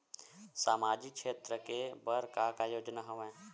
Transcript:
सामाजिक क्षेत्र के बर का का योजना हवय?